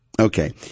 Okay